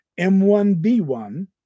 M1B1